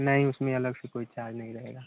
नहीं उसमें अलग से कोई चार्ज नहीं रहेगा